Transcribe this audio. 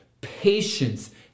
patience